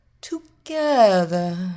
together